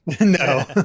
No